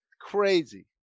Crazy